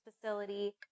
facility